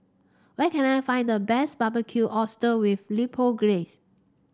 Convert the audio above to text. where can I find the best Barbecued Oyster with Chipotle Glaze